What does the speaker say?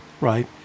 right